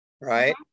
right